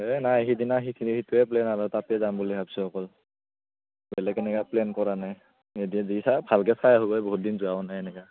এ নাই সিদিনা সেইখিনি সেইটোৱে প্লেন আৰু তাতে যাম বুলি ভাবছোঁ অকল বেলেগ এনেকুৱা প্লেন কৰা নাই যি চাও ভালকৈ চাই আহোগৈ বহুত দিন যোৱাও নাই এনেকুৱা